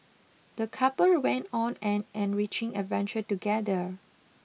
the couple went on an enriching adventure together